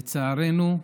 לצערנו.